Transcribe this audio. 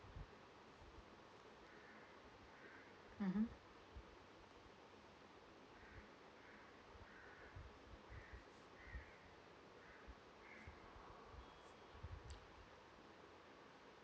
mmhmm